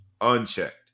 unchecked